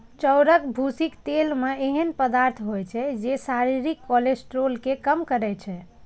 चाउरक भूसीक तेल मे एहन पदार्थ होइ छै, जे शरीरक कोलेस्ट्रॉल कें कम करै छै